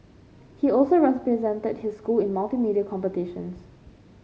he also represented his school in multimedia competitions